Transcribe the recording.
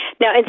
Now